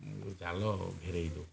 ଜାଲ ଘେରେଇ ଦେଉ